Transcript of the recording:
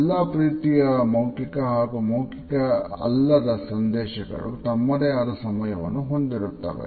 ಎಲ್ಲಾ ಪ್ರೀತಿಯ ಮೌಖಿಕ ಹಾಗೂ ಮೌಕಿಕ ಅಲ್ಲದೆ ಸಂದೇಶಗಳು ತಮ್ಮದೇ ಆದ ಸಮಯವನ್ನು ಹೊಂದಿರುತ್ತವೆ